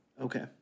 Okay